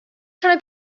trying